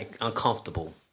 uncomfortable